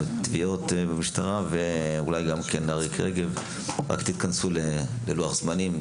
רק תתכנסו ללוח זמנים.